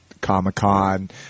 Comic-Con